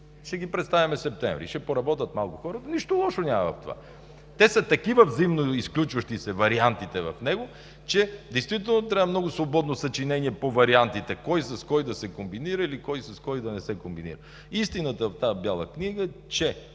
ще ги представим септември и ще поработят малко хората. Нищо лошо няма в това. Те са такива взаимоизключващи се вариантите в него, че действително трябва много свободно съчинение по вариантите – кой с кой да се комбинира или кой с кой да не се комбинира. Истината в тази Бяла книга е, че